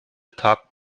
tag